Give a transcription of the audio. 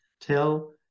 tell